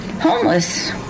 homeless